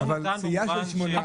סיעה של שמונה,